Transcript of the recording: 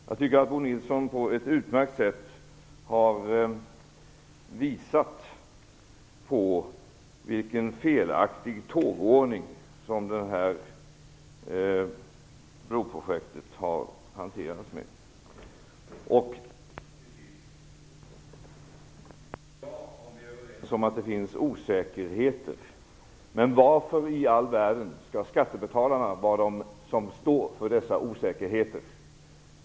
Jag tycker att Bo Nilsson på ett utmärkt sätt har visat vilken felaktig tågordning som har gällt för detta broprojekt. Till sist vill jag säga att det är bra att vi är överens om att det finns osäkerheter. Men varför i all världen skall skattebetalarna stå för dessa osäkerheter?